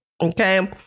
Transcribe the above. Okay